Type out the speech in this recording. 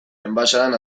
enbaxadan